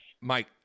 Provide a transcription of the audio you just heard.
Mike